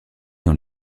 dans